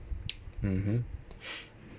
mmhmm